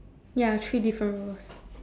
ya three different roles